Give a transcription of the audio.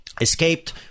Escaped